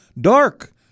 dark